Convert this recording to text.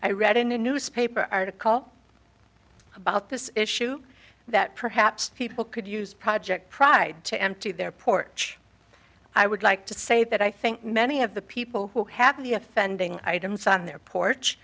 i read in a newspaper article about this issue that perhaps people could use project pride to empty their porch i would like to say that i think many of the people who have the offending items on their porch